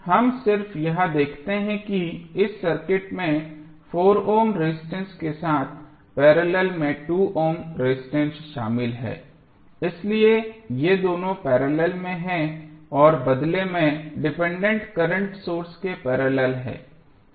हम सिर्फ यह देखते हैं कि इस सर्किट में 4 ओम रेजिस्टेंस के साथ पैरेलल में 2 ओम रेजिस्टेंस शामिल है इसलिए ये दोनों पैरेलल में हैं और बदले में डिपेंडेंट करंट सोर्स के पैरेलल हैं